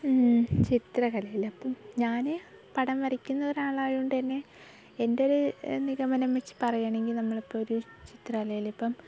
ചിത്രകലയിൽ ഇപ്പം ഞാൻ പടം വരയ്ക്കുന്ന ഒരാളായോണ്ടന്നെ എൻ്റെ ഒരു നിഗമനം വെച്ചു പറയുകയാണെങ്കിൽ നമ്മളിപ്പോൾ ഒരു ചിത്രകലയിലിപ്പം